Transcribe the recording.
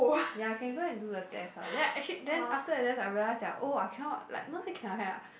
ya can go and do the test ah then actually then after that then I realise that oh I cannot like not say cannot cannot